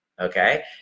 okay